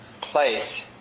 place